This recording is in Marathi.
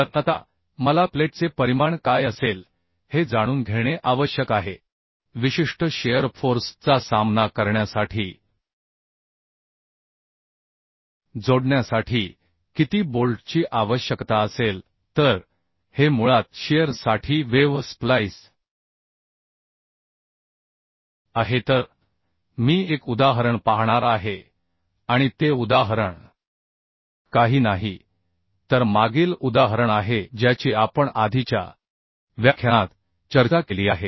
तर म्हणून आता मला प्लेटचे परिमाण काय असेल हे जाणून घेणे आवश्यक आहे विशिष्ट शिअर फोर्स चा सामना करण्यासाठी जोडण्यासाठी किती बोल्टची आवश्यकता असेल तर हे मुळात शिअर साठी वेव्ह स्प्लाइस आहे तर मी एक उदाहरण पाहणार आहे आणि ते उदाहरण काही नाही तर मागील उदाहरण आहे ज्याची आपण आधीच्या व्याख्यानात चर्चा केली आहे